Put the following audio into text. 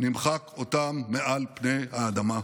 נמחק אותם מעל פני האדמה,